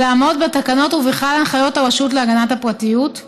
ולעמוד בתקנות ובכלל ההנחיות הרשות להגנת הפרטיות,